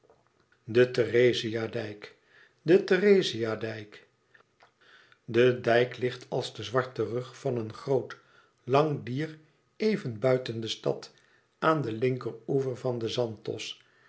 de therezia dijk de therezia dijk de dijk ligt als de zwarte rug van een groot lang dier even buiten de stad aan den linkeroever van den zanthos